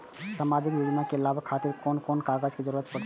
सामाजिक योजना के लाभक खातिर कोन कोन कागज के जरुरत परै छै?